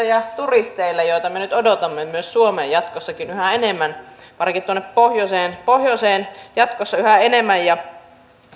ja turisteille joita me nyt odotamme myös suomeen jatkossakin yhä enemmän varsinkin tuonne pohjoiseen pohjoiseen jatkossa yhä enemmän